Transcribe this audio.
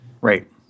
Right